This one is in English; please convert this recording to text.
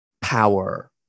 power